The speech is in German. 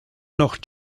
noch